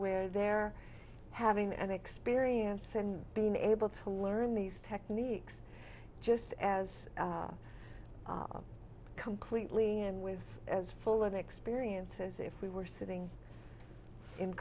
where they're having an experience and being able to learn these techniques just as completely and with as full of experience as if we were sitting in